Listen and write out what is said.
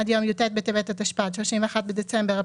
עד יום י"ט בטבת התשפ"ד (31 בדצמבר 2023),